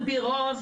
על פי רוב,